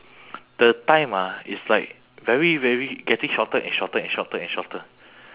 the time ah it's like very very getting shorter and shorter and shorter and shorter